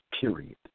period